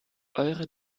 eure